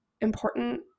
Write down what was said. important